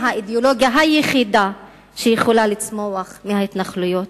האידיאולוגיה היחידה שיכולה לצמוח מההתנחלויות,